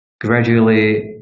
gradually